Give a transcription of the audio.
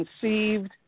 conceived